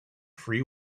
free